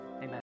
amen